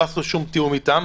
לא עשו שום תיאום אתם.